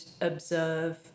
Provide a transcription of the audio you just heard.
observe